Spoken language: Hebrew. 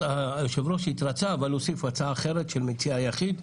היושב-ראש התרצה וגם הוסיף הצעה אחרת של מציע יחיד,